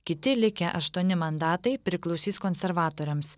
kiti likę aštuoni mandatai priklausys konservatoriams